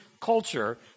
culture